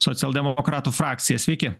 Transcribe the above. socialdemokratų frakcija sveiki